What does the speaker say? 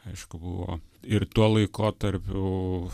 aišku buvo ir tuo laikotarpiu